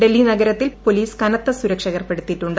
ഡൽഹി നഗരത്തിൽ പൊലീസ് കനത്ത സുരക്ഷ ഏർപ്പെടുത്തിയിട്ടുണ്ട്